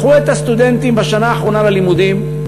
קחו את הסטודנטים בשנה האחרונה ללימודים,